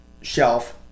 shelf